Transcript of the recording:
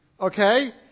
Okay